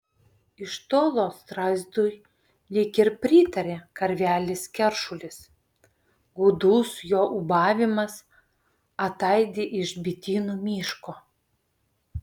iš tolo strazdui lyg ir pritaria karvelis keršulis gūdus jo ūbavimas ataidi iš bitinų miško